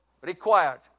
required